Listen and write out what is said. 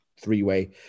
three-way